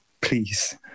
Please